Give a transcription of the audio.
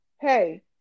hey